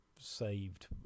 saved